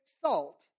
salt